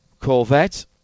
Corvette